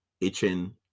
itching